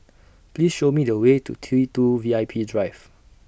Please Show Me The Way to T two V I P Drive